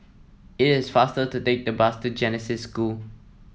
it is faster to take the bus to Genesis School